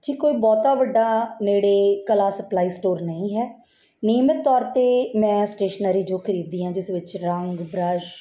ਜੀ ਕੋਈ ਬਹੁਤ ਵੱਡਾ ਨੇੜੇ ਕਲਾ ਸਪਲਾਈ ਸਟੋਰ ਨਹੀਂ ਹੈ ਨਿਯਮਿਤ ਤੌਰ 'ਤੇ ਮੈਂ ਸਟੇਸ਼ਨਰੀ ਜੋ ਖਰੀਦਦੀ ਹਾਂ ਜਿਸ ਵਿੱਚ ਰੰਗ ਬਰੱਸ਼